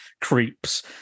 creeps